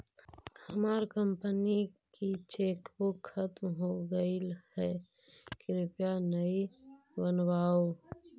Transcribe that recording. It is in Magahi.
हमार कंपनी की चेकबुक खत्म हो गईल है, कृपया नई बनवाओ